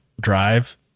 drive